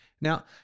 Now